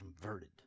converted